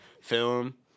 film